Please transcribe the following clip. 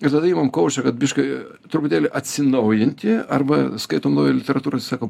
ir tada imam kaučeriot biškį truputėlį atsinaujinti arba skaitom literatūroj sakom